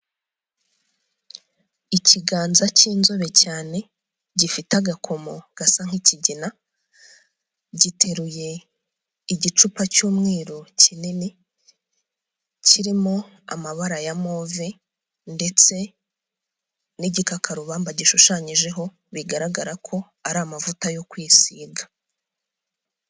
Ikiganza cy'inzobe cyane gifite agakomo gasa nk'ikigina, giteruye igicupa cy'umweru kinini, kirimo amabara ya move ndetse n'igikakarubamba gishushanyijeho, bigaragara ko ari amavuta yo kwisiga.